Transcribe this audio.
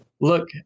look